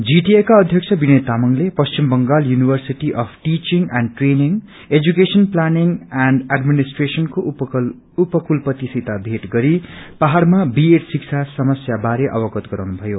जीटीएका अध्यक्ष विनय तामाङले Paschim Bengal university of teaching and training education planning and रं एडमिनिस्ट्रेशनको उपकुलपतिसित भेट गरी पहाड़मा बीएड शिक्षा समस्या बारे अवगत गराउनु भयो